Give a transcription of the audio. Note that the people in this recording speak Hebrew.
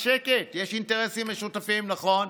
יש שקט, יש אינטרסים משותפים, נכון,